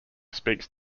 speaks